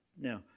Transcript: Now